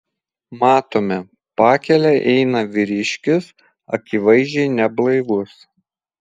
matome pakele eina vyriškis akivaizdžiai neblaivus